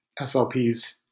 SLPs